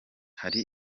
hari